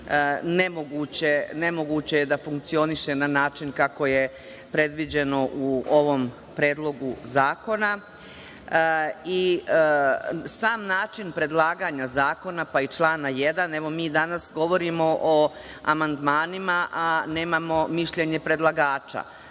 nemoguće je da funkcioniše na način kako je predviđeno u ovom Predlogu zakona. Sam način predlaganja zakona, pa i člana 1, mi danas govorimo o amandmanima, a nemamo mišljenje predlagača